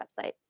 website